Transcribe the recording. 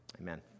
Amen